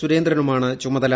സുരേന്ദ്രനുമാണ് ചുമതല